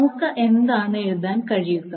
നമുക്ക് എന്താണ് എഴുതാൻ കഴിയുക